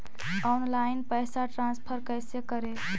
Online पैसा transfer कैसे करे?